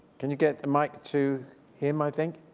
can you get the mic to him i think?